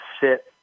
sit